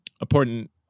important